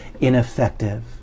ineffective